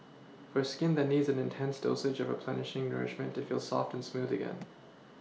for skin that needs an intense dose of replenishing nourishment to feel soft and smooth again